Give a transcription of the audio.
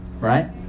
right